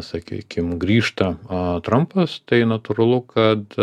sakykim grįžta trampas tai natūralu kad